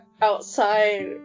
outside